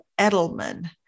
Edelman